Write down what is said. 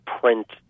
print